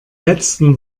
letzten